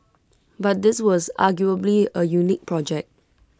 but this was arguably A unique project